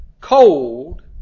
Cold